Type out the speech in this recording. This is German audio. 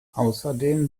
außerdem